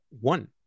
one